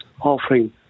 offering